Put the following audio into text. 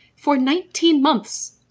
for nineteen months.